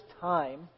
time